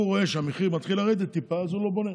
הוא רואה שהמחיר מתחיל לרדת טיפה, אז הוא לא בונה.